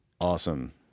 Awesome